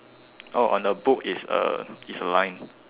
oh on the book is a is a line